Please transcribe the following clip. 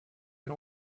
can